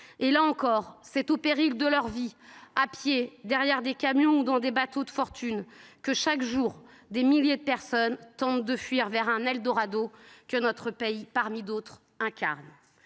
Là encore, c’est au péril de leur vie, à pied, derrière des camions ou dans des bateaux de fortune que, chaque jour, des milliers de personnes tentent de fuir vers un eldorado que notre pays, parmi d’autres, incarne.